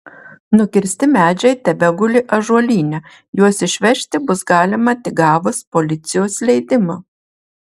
nukirsti medžiai tebeguli ąžuolyne juos išvežti bus galima tik gavus policijos leidimą